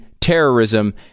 terrorism